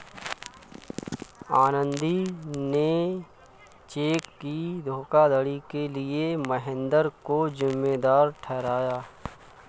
आनंदी ने चेक की धोखाधड़ी के लिए महेंद्र को जिम्मेदार ठहराया